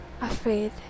afraid